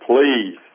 Please